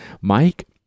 Mike